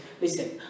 listen